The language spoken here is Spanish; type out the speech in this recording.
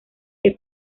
que